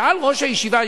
שאל ראש הישיבה,